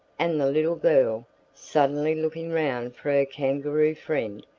and the little girl suddenly looking round for her kangaroo friend,